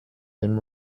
than